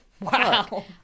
wow